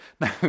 Now